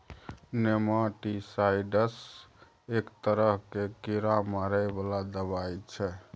nematicides एक तरहक कीड़ा मारै बला दबाई छै